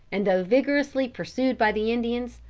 and though vigorously pursued by the indians,